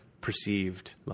perceived